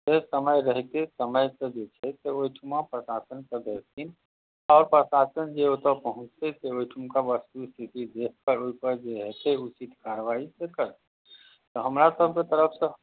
से समय रहिते तऽ समयसँ जे छै ओहिठाम प्रशासनपर जेथिन आओर प्रशासन जे ओतऽ पहुँचतै तऽ ओहिठामके वास्तविक स्थितिके देखिके ओहिपर जे हइ उचित कार्रवाइ जे करतै तऽ हमरासबके तरफसँ